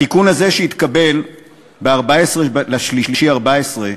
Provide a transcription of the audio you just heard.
התיקון הזה, שהתקבל ב-14 במרס 2014,